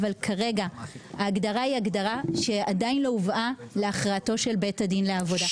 אבל כרגע ההגדרה היא הגדרה שעדיין לא הובאה להכרעתו של בית הדין לעבודה.